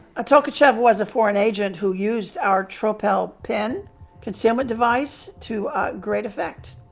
ah tolkachev who was a foreign agent who used our tropel pen concealment device to great effect.